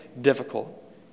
difficult